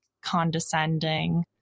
condescending